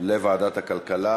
לוועדת הכלכלה.